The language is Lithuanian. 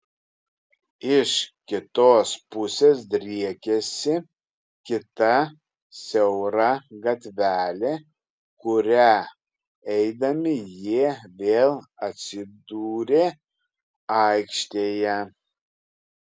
iš kitos pusės driekėsi kita siaura gatvelė kuria eidami jie vėl atsidūrė aikštėje